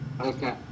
Okay